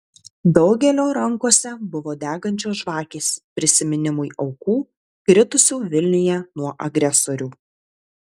daugelio rankose buvo degančios žvakės prisiminimui aukų kritusių vilniuje nuo agresorių